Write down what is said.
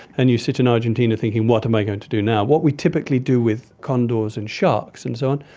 and you sit in argentina thinking what am i going to do now. what we typically do with condors and sharks and so on,